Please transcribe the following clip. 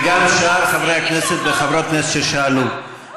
וגם שאר חברי הכנסת וחברות הכנסת ששאלו,